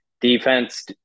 Defense